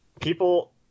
People